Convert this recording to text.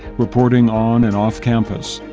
reporting on an off campus.